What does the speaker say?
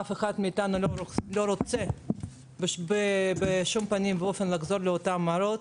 אף אחד מאיתנו לא רוצה בשום פנים ואופן לחזור לאותן מראות.